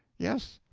yes.